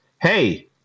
Hey